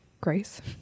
Grace